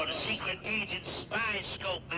secret agent spyscope,